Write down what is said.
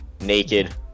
naked